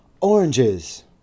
Oranges